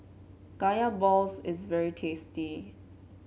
Kaya Balls is very tasty